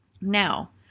now